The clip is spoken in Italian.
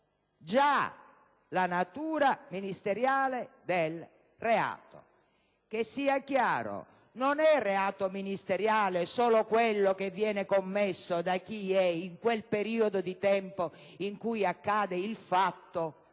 già la natura ministeriale del reato. Che sia chiaro: non è reato ministeriale solo quello che viene commesso da chi è ministro nel periodo di tempo in cui accade il fatto,